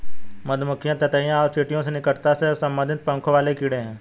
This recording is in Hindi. मधुमक्खियां ततैया और चींटियों से निकटता से संबंधित पंखों वाले कीड़े हैं